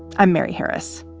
i'm mary harris.